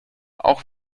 auch